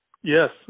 Yes